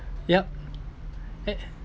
yup eh